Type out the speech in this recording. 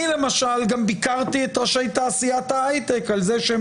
אני למשל גם ביקרתי את ראשי תעשיית ההייטק על זה שהם